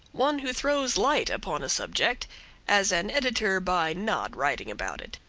one who throws light upon a subject as an editor by not writing about it.